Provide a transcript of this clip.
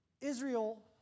Israel